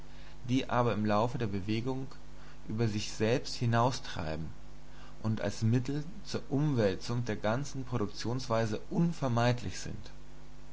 die aber im lauf der bewegung über sich selbst hinaustreiben und als mittel zur umwälzung der ganzen produktionsweise unvermeidlich sind